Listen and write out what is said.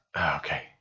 Okay